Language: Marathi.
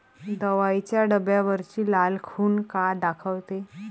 दवाईच्या डब्यावरची लाल खून का दाखवते?